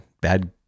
bad